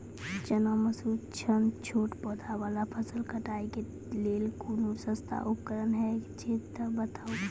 चना, मसूर सन छोट पौधा वाला फसल कटाई के लेल कूनू सस्ता उपकरण हे छै तऽ बताऊ?